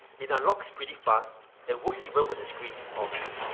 it unlocks pretty fast and works even when the screen is off.